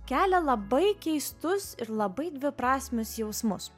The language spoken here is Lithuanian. kelia labai keistus ir labai dviprasmis jausmus